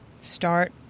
start